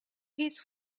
his